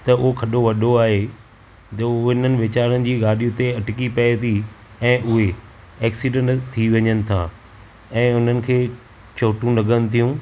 त उहो खॾो वॾो आहे जो उननि विचारनि जी गाॾियूं उते अटकी पवे थी ऐ उहे ऐक्सीडेंट थी वञनि था ऐं हुननि खे चोटूं लॻनि थियूं